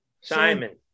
Simon